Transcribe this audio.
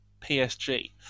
PSG